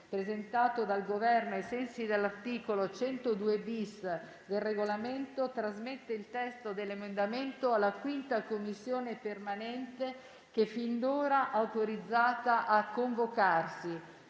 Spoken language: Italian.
presentato dal Governo e, ai sensi dell'articolo 102-*bis* del Regolamento, trasmette il testo dell'emendamento alla 5a Commissione permanente che è fin d'ora autorizzata a convocarsi.